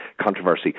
controversy